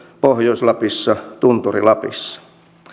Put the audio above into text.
pohjois lapissa tunturi lapissa